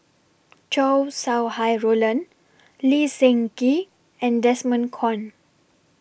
Chow Sau Hai Roland Lee Seng Gee and Desmond Kon